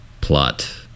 plot